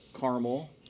caramel